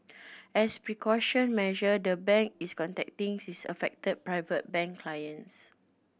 as precaution measure the bank is contacting its affected Private Bank clients